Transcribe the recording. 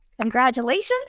congratulations